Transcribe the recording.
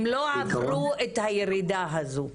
אם לא עברו את הירידה הזאת?